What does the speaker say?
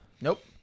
Nope